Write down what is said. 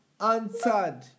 answered